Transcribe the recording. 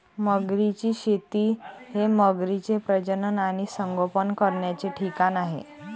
मगरींची शेती हे मगरींचे प्रजनन आणि संगोपन करण्याचे ठिकाण आहे